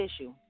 issue